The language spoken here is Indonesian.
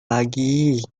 lagi